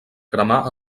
cremar